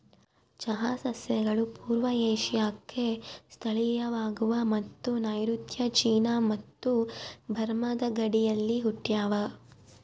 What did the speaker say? ಚಹಾ ಸಸ್ಯಗಳು ಪೂರ್ವ ಏಷ್ಯಾಕ್ಕೆ ಸ್ಥಳೀಯವಾಗವ ಮತ್ತು ನೈಋತ್ಯ ಚೀನಾ ಮತ್ತು ಬರ್ಮಾದ ಗಡಿಯಲ್ಲಿ ಹುಟ್ಟ್ಯಾವ